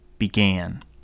Began